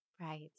Right